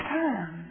time